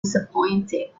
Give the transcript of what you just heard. disappointed